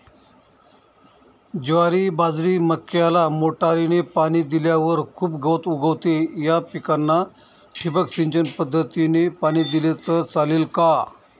ज्वारी, बाजरी, मक्याला मोटरीने पाणी दिल्यावर खूप गवत उगवते, या पिकांना ठिबक सिंचन पद्धतीने पाणी दिले तर चालेल का?